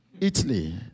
Italy